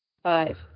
Five